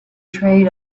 trade